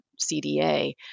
cda